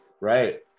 right